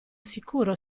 sicuro